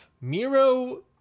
Miro